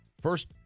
First